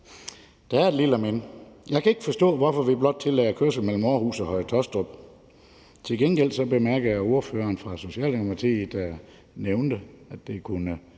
der er et lille men: Jeg kan ikke forstå, hvorfor vi blot tillader kørsel mellem Aarhus og Høje-Taastrup. Til gengæld bemærkede jeg, at ordføreren fra Socialdemokratiet nævnte, at vi kunne